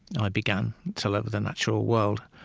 and i began to love the natural world,